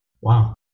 wow